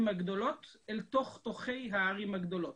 הגדולות אל תוך תוכי הערים הגדולות.